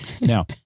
Now